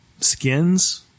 skins